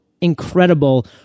incredible